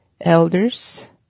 elders